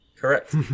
Correct